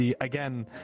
again